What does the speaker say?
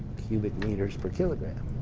cubic meters per kilogram.